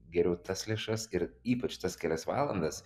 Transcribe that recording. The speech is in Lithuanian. geriau tas lėšas ir ypač tas kelias valandas